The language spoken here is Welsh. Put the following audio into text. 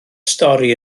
stori